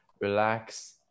relax